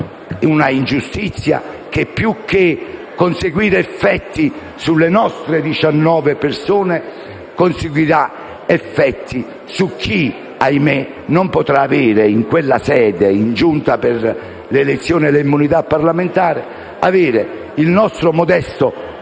Una ingiustizia che, più che conseguire effetti sulle nostre 18 persone, conseguirà effetti su chi - ahimè - non potrà avere in Giunta delle elezioni e delle immunità parlamentari il nostro modesto